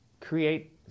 create